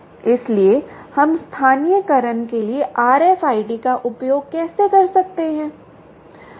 इसलिए हम स्थानीयकरण के लिए RFID का उपयोग कैसे कर सकते हैं